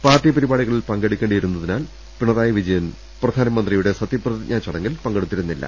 party പരിപാടികളിൽ പങ്കെടുക്കേ ണ്ടിയിരുന്നതിനാൽ പിണറായി വിജയൻ പ്രധാനമന്ത്രിയുടെ സത്യ പ്ര തിജ്ഞാ ചട ങ്ങിൽ പങ്കെടുത്തിരുന്നില്ല